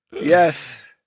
Yes